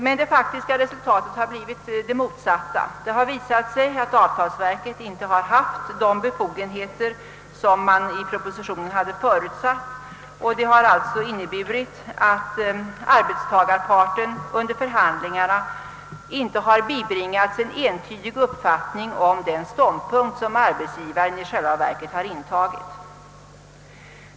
Men det faktiska resultatet har blivit det motsatta — det har visat sig att avtalsverket inte har haft de befogenheter som förutsattes i propositionen, vilket inneburit, att arbetstagarparten under förhandlingarna inte har bibringats en entydig uppfattning om den ståndpunkt som arbetsgivaren i själva verket intagit.